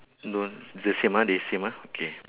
no the same ah they same ah okay